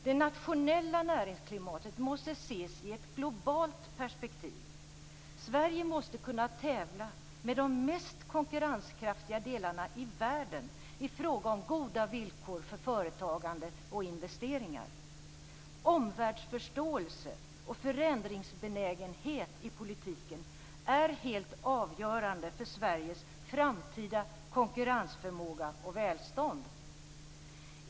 Det nationella näringsklimatet måste ses i ett globalt perspektiv. Sverige måste kunna tävla med de mest konkurrenskraftiga delarna av världen i fråga om goda villkor för företagande och investeringar. Omvärldsförståelse och förändringsbenägenhet i politiken är helt avgörande för Sveriges framtida konkurrensförmåga och välstånd.